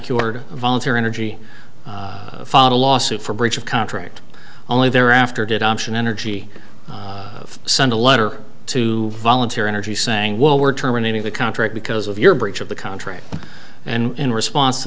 cured voluntary energy followed a lawsuit for breach of contract only thereafter did auction energy send a letter to volunteer energy saying well we're terminating the contract because of your breach of the contract and in response to